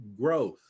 Growth